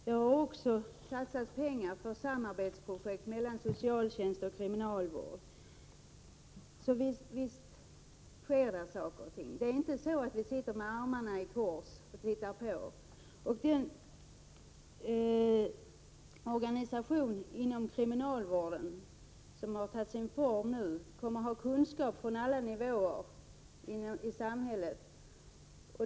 Det har också satsats pengar för samarbetsprojekt mellan socialtjänst och kriminalvård. Så visst sker det saker och ting. Vi sitter inte med armarna i kors och tittar på. Den organisation inom kriminalvården som har tagit sin form nu kommer att ha kunskap från alla nivåer i samhället.